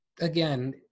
Again